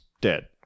dead